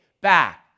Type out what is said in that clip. back